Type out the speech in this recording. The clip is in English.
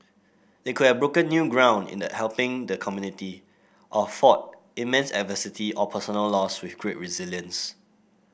they could have broken new ground in the helping the community or fought immense adversity or personal loss with great resilience